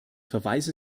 verweise